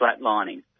flatlining